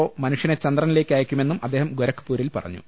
O മനുഷ്യനെ ചന്ദ്രനിലേയ്ക്കയക്കു മെന്നും അദ്ദേഹം ഗൊരഖ്പൂരിൽ പറഞ്ഞു